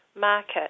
market